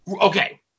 Okay